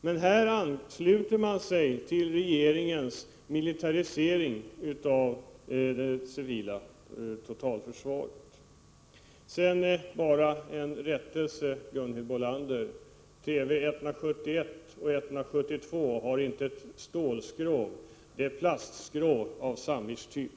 Men här ansluter man sig till regeringens militarisering av det civila totalförsvaret. Så bara en rättelse, Gunhild Bolander: TV 171 och TV 172 har inte stålskrov utan plastskrov av sandwichtyp.